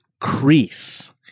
Crease